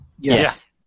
Yes